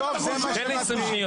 עם זה